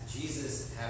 Jesus